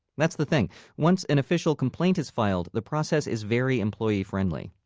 that's the thing once an official complaint is filed, the process is very employee friendly.